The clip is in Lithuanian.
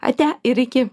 ate ir iki